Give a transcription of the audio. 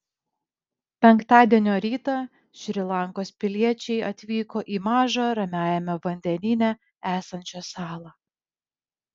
penktadienio rytą šri lankos piliečiai atvyko į mažą ramiajame vandenyne esančią salą